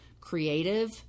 creative